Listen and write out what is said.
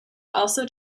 also